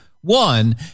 one